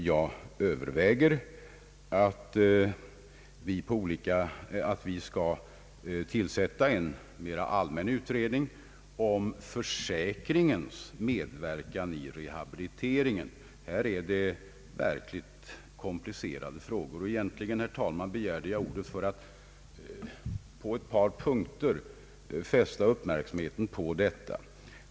Jag överväger emellertid att tillsätta en mera allmän utredning om försäkringens medverkan i rehabiliteringen. Här föreligger verkligen komplicerade problem, och jag begärde egentligen ordet för att på ett par punkter fästa uppmärksamheten på dessa.